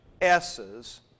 S's